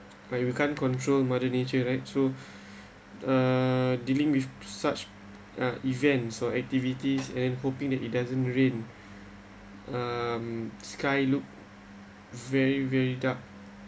but you can't control mother nature right so uh dealing with such uh events or activities and hoping that it doesn't rain um sky look very very dark